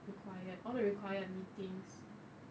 required all the required meetings